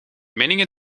meningen